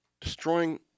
destroying